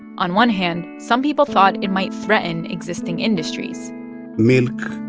on one hand, some people thought it might threaten existing industries milk,